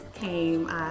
came